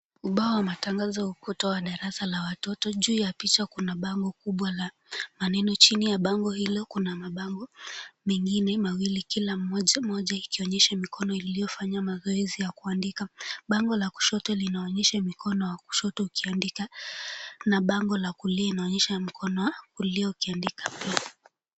Ubao wa matangazo wa ukuta wa darasa la watoto. Juu ya picha kuna bango kubwa la maneno. Chini la bango hilo kuna mabango mengine mawili kila moja ikionyesha mikono iliyofanya mazoezi ya kuandika. Bango la kushoto linaonyesha mkono wa kushoto ukiandika na bango la kulia linaonyesha mkono wa kulia ukiandika pia.